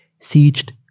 sieged